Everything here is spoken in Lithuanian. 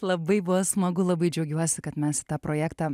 labai buvo smagu labai džiaugiuosi kad mes į tą projektą